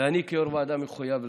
ואני כיושב-ראש ועדה מחויב לכך,